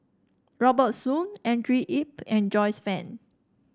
Robert Soon Andrew Yip and Joyce Fan